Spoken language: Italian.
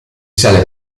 sale